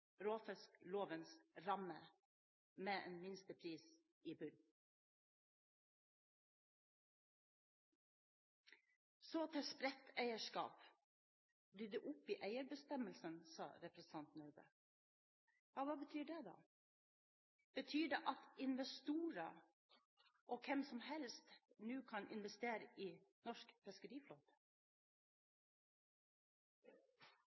råfisklovens ramme, med en minstepris i bunnen? Så til spredt eierskap. Rydde opp i eierbestemmelsene, sa representanten Røbekk Nørve. Ja, hva betyr det? Betyr det at investorer og hvem som helst nå kan investere i norsk